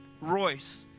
Royce